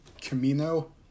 Camino